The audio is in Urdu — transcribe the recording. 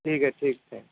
ٹھیک ہے ٹھیک ہے